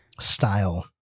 Style